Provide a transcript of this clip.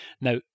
Now